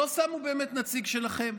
לא שמו נציג שלכם.